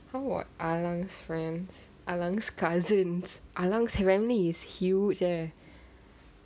how about allan friends allan's cousins allan family is huge eh